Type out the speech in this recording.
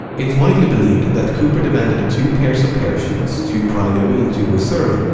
it's widely believed that cooper demanded two pairs of parachutes, two primary and two reserves,